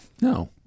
No